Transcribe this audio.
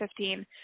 2015